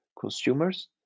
consumers